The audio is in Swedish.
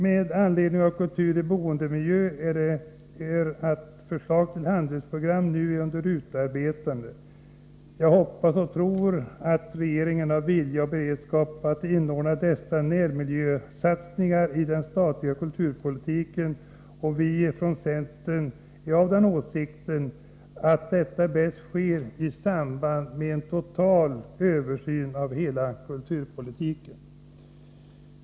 Med anledning av Kultur i boendemiljö är ett förslag till handlingsprogram under utarbetande. Jag hoppas och tror att regeringen har vilja och beredskap att inordna dessa närmiljösatsningar i den statliga kulturpolitiken. Vi ifrån centern är av den åsikten att detta sker bäst i samband med en total översyn av kulturpolitiken.